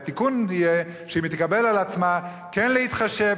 והתיקון יהיה אם היא תקבל על עצמה כן להתחשב,